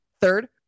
Third